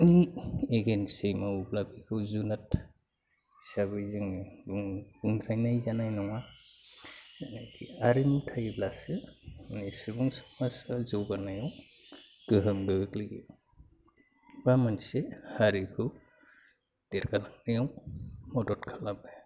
नि एगैनस्टयै मावोब्ला बेखौ जुनाद हिसाबै जोङो उन्थ्रायनाय जानाय नङा आरिमु थायोब्लासो बे सुबुं समाजा जौगानायाव गोहोम गोग्लैयो बा मोनसे हारिखौ देरगालांनायाव मदद खालामो